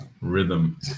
rhythm